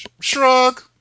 shrug